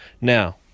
Now